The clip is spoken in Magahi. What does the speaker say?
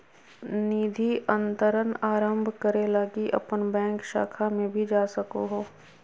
निधि अंतरण आरंभ करे लगी अपन बैंक शाखा में भी जा सको हो